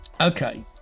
Okay